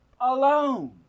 alone